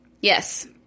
Yes